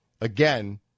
Again